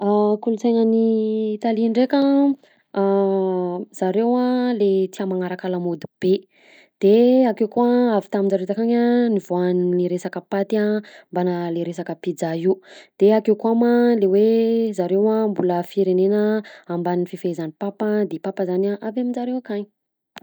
Kolonsaina any Italia ndreka a zareo a le tia magnaraka lamaody be de akeo koa avy taminjareo takany nivoahan'y resaka paty a mbana le resaka pizza io de akeo ko ma le hoe zareo a le mbola firenena ambany fehezany papa de i papa zany avy aminjareo akany.